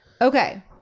Okay